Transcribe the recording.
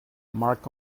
mark